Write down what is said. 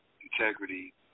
Integrity